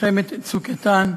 מלחמת "צוק איתן"